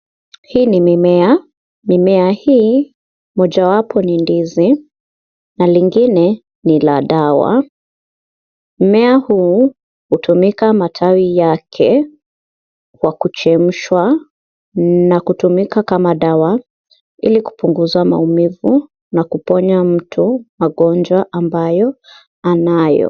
Hii ni mimea. Mimea hii moja wapo ni ndizi na lingine ni la dawa. Mmea huu hutumika matawi yake kwa kuchemshwa na kutumika kama dawa, ili kupunguza maumivu na kuponya mtu magonjwa ambayo anayo.